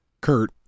Kurt